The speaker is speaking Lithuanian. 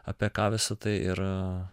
apie ką visa tai ir